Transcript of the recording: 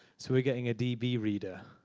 so we're getting a db reader.